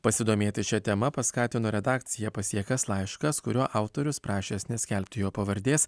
pasidomėti šia tema paskatino redakciją pasiekęs laiškas kurio autorius prašęs neskelbti jo pavardės